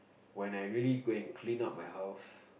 when I really go and clean up my house